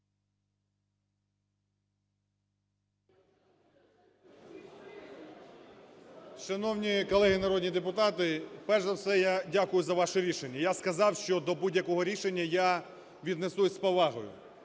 Шановні колеги народні депутати, перш за все я дякую за ваше рішення. Я сказав, що до будь-якого рішення я віднесусь з повагою.